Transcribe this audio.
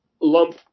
lump